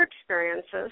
experiences